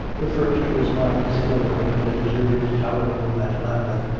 the first was my discovery, in a deserted tower-room at lambeth,